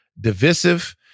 divisive